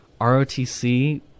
rotc